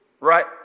right